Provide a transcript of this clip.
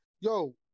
yo